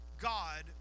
God